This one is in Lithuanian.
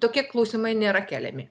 tokie klausimai nėra keliami